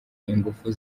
inguvu